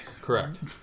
Correct